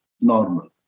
normal